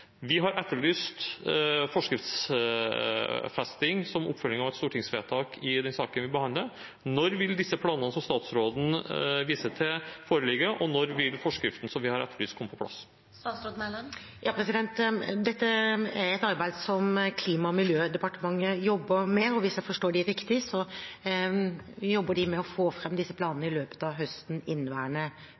Vi har etterlyst forskriftsfesting som oppfølging av et stortingsvedtak i saken vi behandler. Når vil planene som statsråden viser til, foreligge, og når vil forskriften vi har etterlyst, komme på plass? Dette er et arbeid som Klima- og miljødepartementet jobber med. Hvis jeg forstår dem riktig, jobber de med å få fram disse planene i løpet av høsten i inneværende